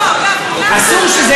זה לא כאוס.